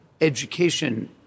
education